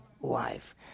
life